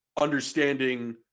understanding